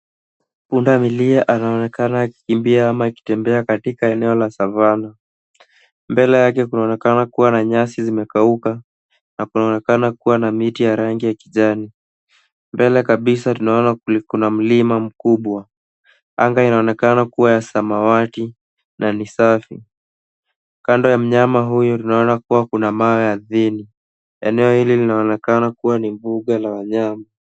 Pundamilia anaonekana akikimbia ama akitembea katika eneo la Savana. Mbele yake kunaonekana kuwa na nyasi zilizokauka na kunaonekana kuwa na miti ya rangi ya kijani. Mbele kabisa tunaona kuna mlima mkubwa. Anga inaonekana kuwa ya samawati na ni safi. Kando ya mnyama huyu tunaona kwamba kuna mawe ardhini. Eneo hili linaonekana kuwa ni mbuga la wanyama.